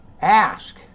Ask